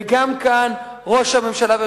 וגם כאן ראש הממשלה נכשל,